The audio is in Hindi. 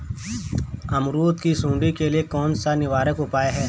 अमरूद की सुंडी के लिए कौन सा निवारक उपाय है?